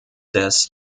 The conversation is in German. des